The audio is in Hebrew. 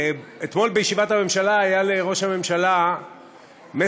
אתמול בישיבת הממשלה היה לראש הממשלה מסר